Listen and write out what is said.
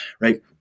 right